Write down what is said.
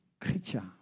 creature